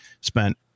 spent